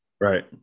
right